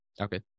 Okay